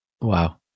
Wow